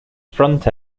front